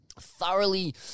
thoroughly